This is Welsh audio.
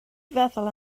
feddwl